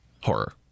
Horror